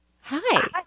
Hi